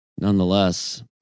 Nonetheless